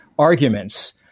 arguments